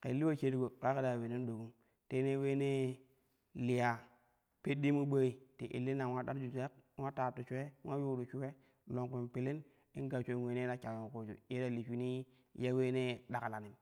ke li poshariko ka ke ta ya uleenan dokum te ne uleenee liya peɗɗi mu ɓooi ti illina ma dar jujak wa taath shulee ula yuuru shuwe longkum pilin in gashshau uleenee ta shawin kuuni ye ta li shunii ya uleenee ɗaklanum.